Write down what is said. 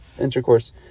intercourse